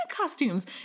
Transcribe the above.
costumes